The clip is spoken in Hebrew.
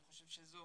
אני חושב שזו